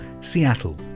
Seattle